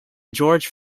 george